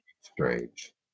Strange